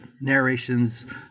narrations